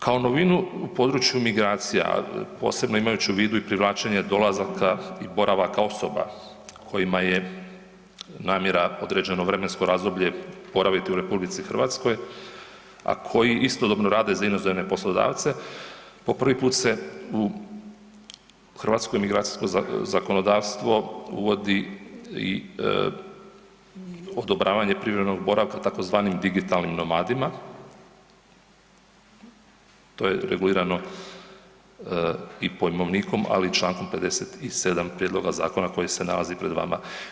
Kao novinu u području migracija, a posebno imajući u vidu i privlačenje dolazaka i boravaka osoba kojima je namjera određeno vremensko razdoblje boraviti u RH, a koji istodobno rade za inozemne poslodavce po prvi put se u hrvatsko migracijsko zakonodavstvo uvodi i odobravanje privremenog boravka tzv. digitalnim nomadima to je regulirano i pojmovnikom, ali i Člankom 57. prijedloga zakona koji se nalazi pred vama.